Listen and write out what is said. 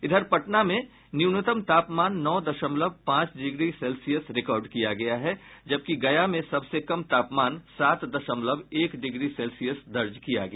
इधर पटना में न्यूनतम तापमान नौ दशमलव पांच डिग्री सेल्सियस रिकॉर्ड किया गया है जबकि गया में सबसे कम तापमान सात दशमलव एक डिग्री सेल्सियस दर्ज किया गया